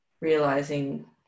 realizing